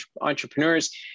entrepreneurs